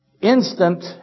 Instant